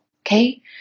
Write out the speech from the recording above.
Okay